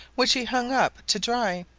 which he hung up to dry,